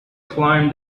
climbed